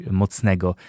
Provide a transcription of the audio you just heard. mocnego